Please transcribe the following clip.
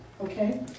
Okay